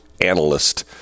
analyst